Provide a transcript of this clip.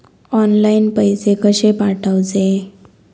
Online पैसे कशे पाठवचे?